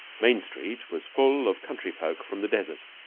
main street was full of country folk from the desert,